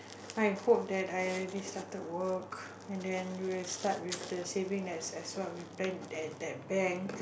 I hope that I already started work and then we'll start with the saving as as what we planned at that bank